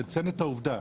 אני מציין את העובדה.